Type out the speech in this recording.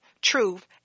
truth